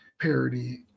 parody